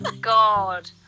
God